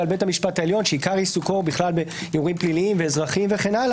על בית המשפט העליון שעיקר עיסוקו הוא באירועים פליליים ואזרחיים וכו',